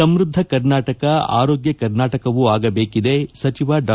ಸಮೃದ್ದ ಕರ್ನಾಟಕ ಆರೋಗ್ಯ ಕರ್ನಾಟಕವೂ ಆಗಬೇಕಿದೆ ಸಚಿವ ಡಾ